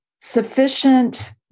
sufficient